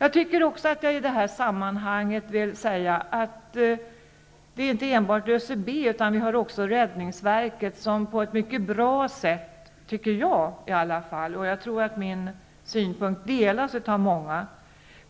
Jag vill i detta sammanhang även säga att det inte handlar enbart om ÖCB utan även om räddningsverket, som på ett mycket bra sätt -- det tycker åtminstone jag, och jag tror att min syn delas av många --